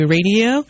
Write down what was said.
Radio